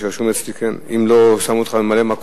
מה שרשום אצלי, כן, אם לא שמו אותך כממלא-מקום.